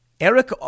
Eric